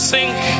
Sink